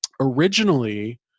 originally